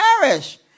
perish